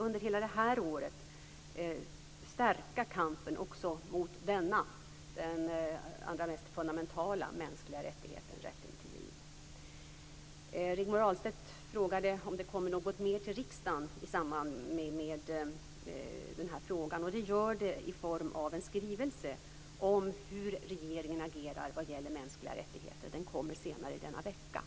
Under hela det här året kan vi stärka kampen för denna allra mest fundamentala mänskliga rättighet: rätten till liv. Rigmor Ahlstedt frågade om det kommer något mer till riksdagen i samband med den här frågan. Det gör det i form av en skrivelse om hur regeringen agerar vad gäller mänskliga rättigheter. Den kommer senare i denna vecka.